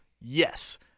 yes